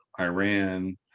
iran